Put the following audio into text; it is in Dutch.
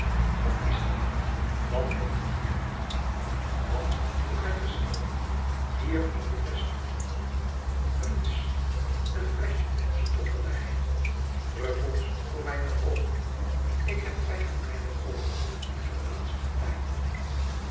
wat is dat wat heb je hier wat vroeg hij verschrikt hier in je vestjeszak niets een fleschje stortterde hij druppels voor mijne oogen ik heb pijn aan mijne oogen in den laatsten tijd